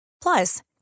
plus